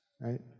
right